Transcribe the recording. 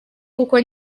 kuko